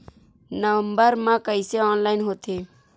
Number मा कइसे online होथे?